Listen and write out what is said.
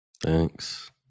Thanks